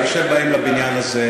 כאשר אנחנו באים לבניין הזה,